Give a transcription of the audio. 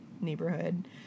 neighborhood